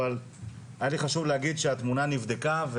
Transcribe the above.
אבל היה חשוב לי להגיד שהתמונה נבדקה,